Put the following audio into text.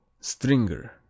Stringer